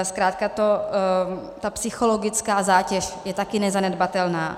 Zkrátka ta psychologická zátěž je také nezanedbatelná.